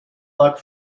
luck